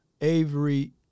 Avery